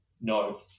no